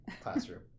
classroom